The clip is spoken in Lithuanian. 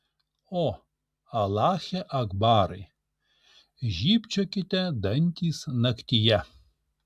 o alache akbarai žybčiokite dantys naktyje